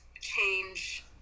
change